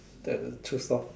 then choose lor